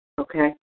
Okay